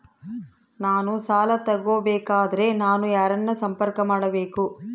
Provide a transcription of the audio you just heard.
ನಾನು ಸಾಲ ತಗೋಬೇಕಾದರೆ ನಾನು ಯಾರನ್ನು ಸಂಪರ್ಕ ಮಾಡಬೇಕು?